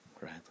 right